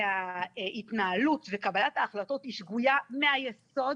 ההתנהלות וקבלת ההחלטות שגויות מהיסוד.